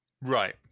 right